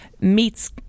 meets